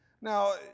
Now